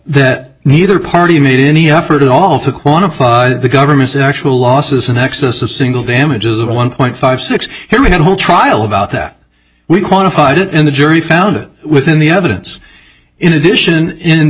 that neither party made any effort at all to quantify the government's actual losses in excess of single damages of one point five six here we had a whole trial about that we quantified it in the jury found it within the evidence in addition